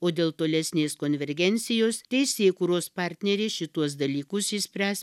o dėl tolesnės konvergencijos teisėkūros partnerės šituos dalykus išspręs